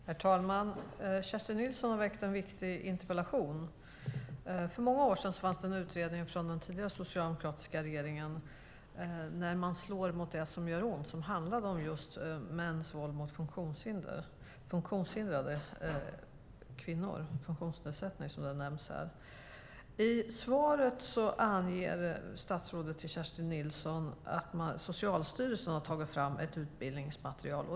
Herr talman! Kerstin Nilsson har väckt en viktig interpellation. För många år sedan fanns det en utredning från den tidigare socialdemokratiska regeringen, När man slår mot det som gör ont , som handlade om just mäns våld mot kvinnor med funktionsnedsättning. I svaret till Kerstin Nilsson anger statsrådet att Socialstyrelsen har tagit fram ett utbildningsmaterial.